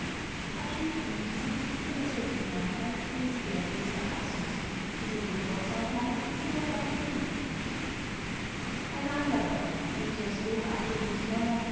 ein anderer den ich aus hochachtung nicht nenne